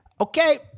Okay